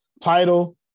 title